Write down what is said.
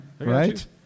right